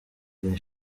iri